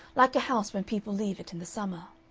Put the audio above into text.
like a house when people leave it in the summer.